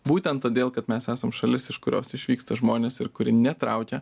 būtent todėl kad mes esam šalis iš kurios išvyksta žmonės ir kuri netraukia